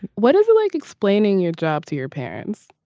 what is it like explaining your job to your parents.